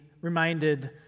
reminded